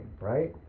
right